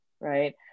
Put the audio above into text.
right